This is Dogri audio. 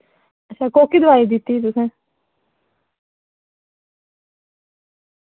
अच्छा कोह्की दोआई दित्ती तुसें